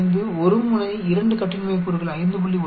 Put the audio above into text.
05 ஒரு முனை 2 கட்டின்மை கூறுகள் 5